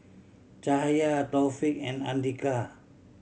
Cahaya Taufik and Andika